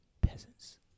Peasants